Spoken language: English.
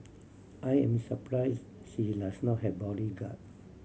I am surprise she does not have bodyguard